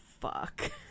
fuck